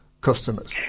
customers